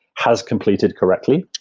has completed correctly.